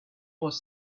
was